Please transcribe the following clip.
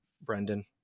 Brendan